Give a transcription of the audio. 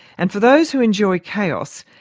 and for those who enjoy chaos,